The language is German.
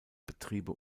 betriebe